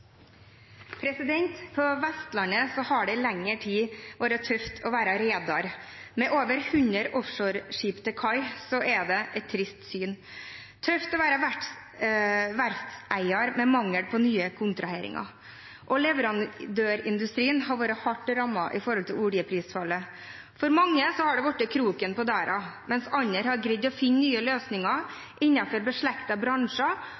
Vestlandet har det i lengre tid vært tøft å være reder. Med over 100 offshoreskip til kai er det et trist syn. Det er tøft å være verftseier med mangel på nye kontraheringer, og leverandørindustrien har vært hardt rammet på grunn av oljeprisfallet. For mange er det blitt kroken på døra, mens andre har greid å finne nye løsninger innenfor beslektede bransjer